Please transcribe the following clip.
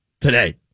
today